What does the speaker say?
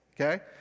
Okay